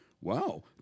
Wow